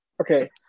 okay